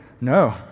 No